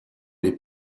les